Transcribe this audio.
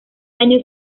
año